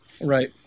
right